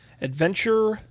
Adventure